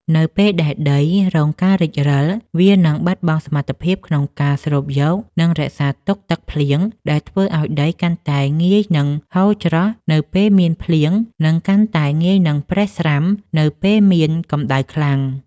នៅពេលដែលដីរងការរិចរឹល វានឹងបាត់បង់សមត្ថភាពក្នុងការស្រូបយក និងរក្សាទុកទឹកភ្លៀង ដែលធ្វើឱ្យដីកាន់តែងាយនឹងហូរច្រោះនៅពេលមានភ្លៀង និងកាន់តែងាយនឹងប្រេះស្រាំនៅពេលមានកម្តៅខ្លាំង។